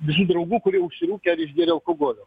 visų draugų kurie užsirūkė ar išgėrė alkoholio